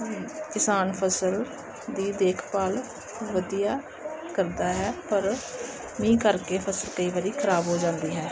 ਕਿਸਾਨ ਫਸਲ ਦੀ ਦੇਖਭਾਲ ਵਧੀਆ ਕਰਦਾ ਹੈ ਪਰ ਮੀਂਹ ਕਰਕੇ ਫਸਲ ਕਈ ਵਾਰੀ ਖਰਾਬ ਹੋ ਜਾਂਦੀ ਹੈ